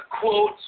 quote